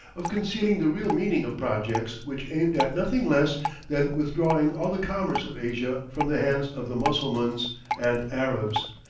of concealing the real meaning of projects which aimed at nothing less than withdrawing all the commerce of asia from the hands of the mussulmans and arabs,